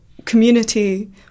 community